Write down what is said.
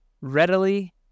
readily